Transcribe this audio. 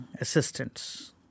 assistants